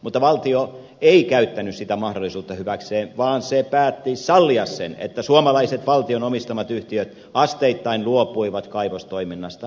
mutta valtio ei käyttänyt sitä mahdollisuutta hyväkseen vaan se päätti sallia sen että suomalaiset valtion omistamat yhtiöt asteittain luopuivat kaivostoiminnasta